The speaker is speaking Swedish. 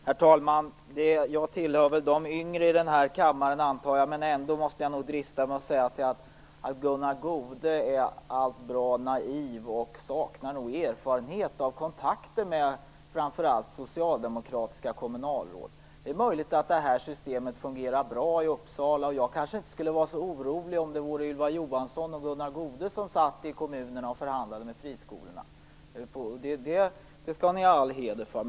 Herr talman! Jag tillhör visserligen de yngre här i kammaren, men jag måste ändå drista mig att säga att Gunnar Goude är bra naiv. Han saknar nog också erfarenhet av kontakter med framför allt socialdemokratiska kommunalråd. Det är möjligt att det här systemet fungerar bra i Uppsala, och jag kanske inte skulle vara så orolig om det vore Ylva Johansson och Gunnar Goude som satt i kommunerna och förhandlade med friskolorna - det vill jag säga till er heder.